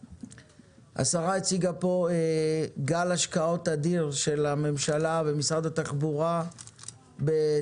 השרה הציגה פה גל השקעות אדיר של הממשלה ומשרד התחבורה בתשתיות